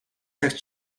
цагт